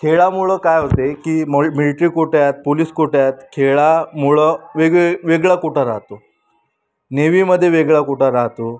खेळामुळं काय होतं आहे की मॉइ मिलिटरी कोट्यात पोलीस कोट्यात खेळामुळं वेगळे वेगळा कोटा राहतो नेव्हीमध्ये वेगळा कोटा राहतो